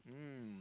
mm